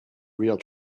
real